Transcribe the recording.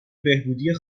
بهبودی